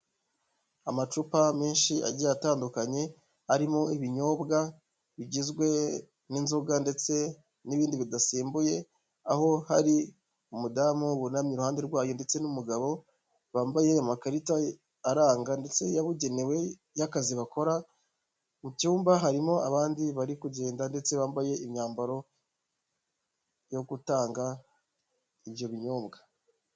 Amacupa menshi agiye atandukanye arimo ibinyobwa bigizwe n'inzoga ndetse n'ibindi bidasembuye, aho hari umudamu wunamye iruhande rwayo ndetse n'umugabo bambaye amakarita aranga ndetse yabugenewe y'akazi bakora, mu cyumba harimo abandi bari kugenda ndetse bambaye imyambaro yo gutanga ibyo binyobwa.